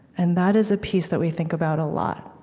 and that is a piece that we think about a lot,